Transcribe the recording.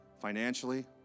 financially